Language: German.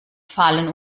fallen